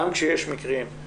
גם כשיש מקרים,